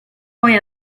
poi